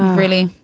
really?